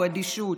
הוא אדישות.